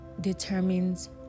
determines